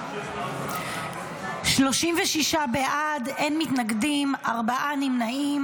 36 בעד, אין מתנגדים, ארבעה נמנעים.